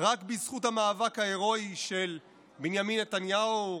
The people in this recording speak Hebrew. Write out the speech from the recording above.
רק בזכות המאבק ההירואי של בנימין נתניהו,